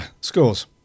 Scores